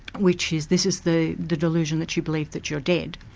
which is this is the delusion that you believe that you're dead